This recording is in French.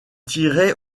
tirait